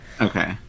Okay